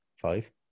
Five